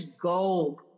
go